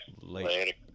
Later